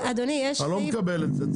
אבל אדוני יש סעיף --- אני לא מקבל את זה,